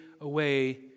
away